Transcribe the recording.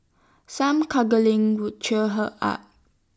some cuddling would cheer her up